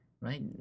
right